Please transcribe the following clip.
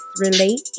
relate